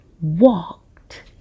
walked